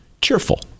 cheerful